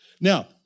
Now